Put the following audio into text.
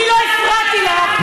אני לא הפרעתי לך,